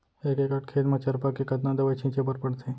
एक एकड़ खेत म चरपा के कतना दवई छिंचे बर पड़थे?